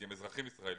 כי הם אזרחים ישראלים,